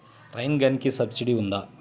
Rain గన్కి subsidy ఉందా?